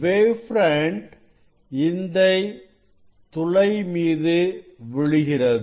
wave ஃப்ரண்ட்இந்த துளை மீது விழுகிறது